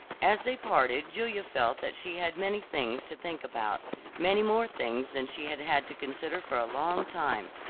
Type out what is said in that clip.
as they parted julia felt that she had many things to think about many more things than she had had to consider for a long time.